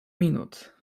minut